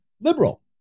liberal